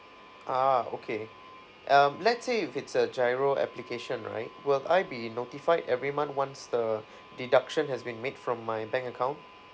ah okay um let's say if it's a giro application right will I be notified every month once the deduction has been made from my bank account